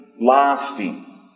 lasting